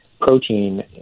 protein